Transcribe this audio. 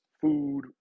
food